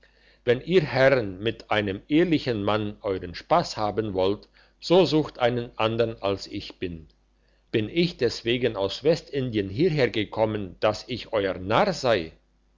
wenn ihr herren mit einem ehrlichen mann euern spass haben wollt so sucht einen andern als ich bin bin ich deswegen aus westindien hierher gekommen dass ich euer narr sei